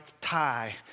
tie